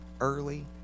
early